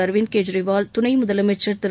அரவிந்த் கெஜ்ரிவால் துனை முதலமைச்சர் திரு